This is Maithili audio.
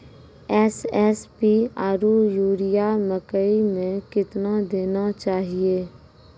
एस.एस.पी आरु यूरिया मकई मे कितना देना चाहिए?